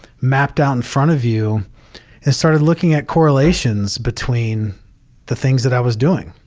mapped out in front of you, and started looking at correlations between the things that i was doing.